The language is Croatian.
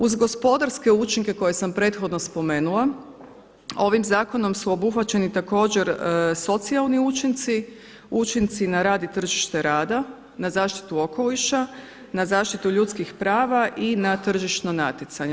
Uz gospodarske učinke koje sam prethodno spomenula ovim zakonom su obuhvaćeni također socijalni učinci, učinci na rad i tržište rada, na zaštitu okoliša, na zaštitu ljudskih prava i na tržišno natjecanje.